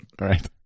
right